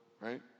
Right